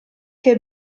che